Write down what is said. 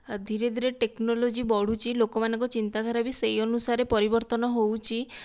ଧିରେଧିରେ ଟେକ୍ନୋଲୋଜି ବଢ଼ୁଛି ଲୋକମାନଙ୍କ ଚିନ୍ତାଧାରା ବି ସେହି ଅନୁସାରେ ପରିବର୍ତ୍ତନ ହେଉଛି